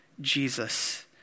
Jesus